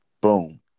boom